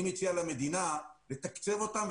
אני לא רגוע אף פעם עד שזה לא נגמר.